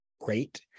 great